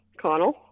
Connell